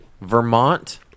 Vermont